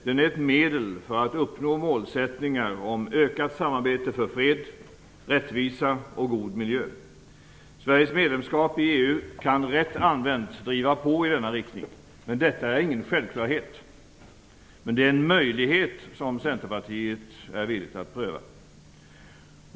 Den är ett medel för att uppnå målsättningar om ökat samarbete för fred, rättvisa och god miljö. Sveriges medlemskap i EU kan rätt använt driva på i denna riktning. Detta är ingen självklarhet, men det är en möjlighet som Centerpartiet är villigt att pröva.